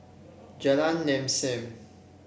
Jalan Lam Sam